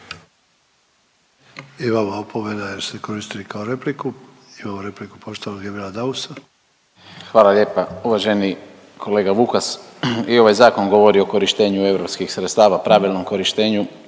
Hvala lijepa. Uvaženi kolega Vukas i ovaj zakon govori o korištenju europskih sredstava, pravilnom korištenju